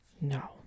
no